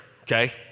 Okay